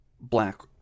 black